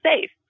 safe